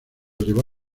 llevó